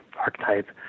archetype